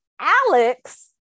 alex